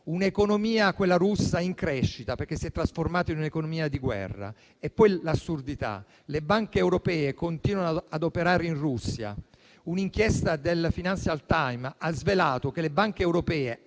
Un'economia, quella russa, in crescita perché si è trasformata in un'economia di guerra. Poi l'assurdità: le banche europee continuano ad operare in Russia. Un'inchiesta del «Financial Times» ha svelato che le banche europee,